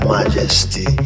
Majesty